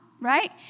right